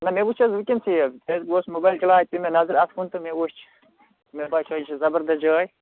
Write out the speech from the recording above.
نہٕ مےٚ وُچھ حظ ؤنکٮ۪نسٕے حظ تِکیٛازِ بہٕ اوسُس موبایِل چلاوان اَتہِ پےٚ مےٚ نظر اَتھ کُن تہٕ مےٚ وُچھ مےٚ باسٮ۪و یہِ چھِ زبردس جاے